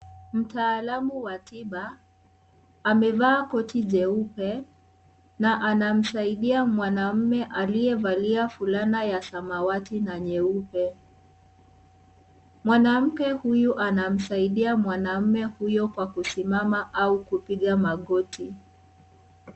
Mtaalamu wa tiba amevaa koti jeupe na anamsaidia mwanamume aliyevalia fulana ya samawati na nyeupe. Mwanamke huyu anamsaidia mwanamume huyo kwa kusimama au kupiga magoti.